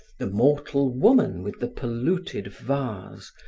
the mortal woman with the polluted vase,